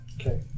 Okay